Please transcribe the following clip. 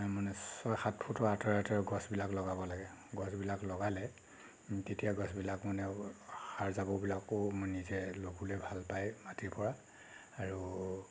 মানে ছয় সাত ফুটৰ আঁতৰে আঁতৰে গছবিলাক লগাব লাগে গছবিলাক লগালে তেতিয়া গছবিলাক মানে সাৰ জাবৰবিলাকো নিজে ল'বলৈ ভাল পায় মাটিৰপৰা আৰু